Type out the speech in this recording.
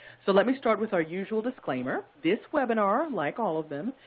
so let me start with our usual disclaimer. this webinar, like all of them,